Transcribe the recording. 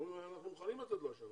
הם אומרים שהם מוכנים לתת לו השנה